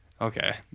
Okay